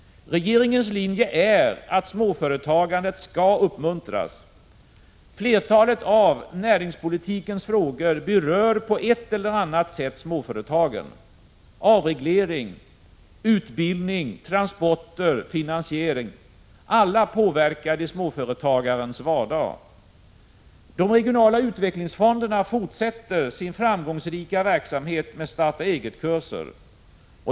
Regeringens linje är att småföretagandet skall uppmuntras! Flertalet av näringspolitikens frågor berör på ett eller annat sätt småföretagen. Avreglering, utbildning, transporter, finansiering — alla påverkar de småföretagarens vardag. De regionala utvecklingsfonderna fortsätter sin framgångsrika verksamhet med starta-eget-kurser.